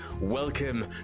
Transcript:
welcome